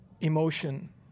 emotion